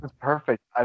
Perfect